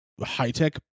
high-tech